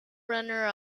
runner